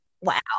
Wow